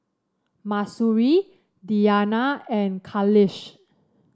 Mahsuri Diyana and Khalish